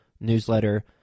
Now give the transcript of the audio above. newsletter